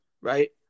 Right